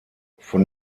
von